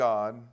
God